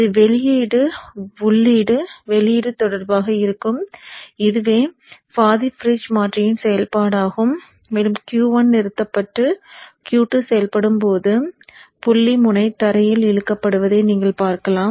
இது வெளியீடு உள்ளீடு வெளியீடு தொடர்பாக இருக்கும் இதுவே பாதி பிரிட்ஜ் மாற்றியின் செயல்பாடாகும் மேலும் Q1 நிறுத்தப்பட்டு Q2 செயல்படும்போது புள்ளி முனை தரையில் இழுக்கப்படுவதை நீங்கள் பார்க்கலாம்